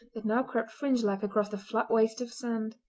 that now crept fringe-like across the flat waste of sand.